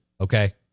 okay